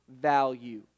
value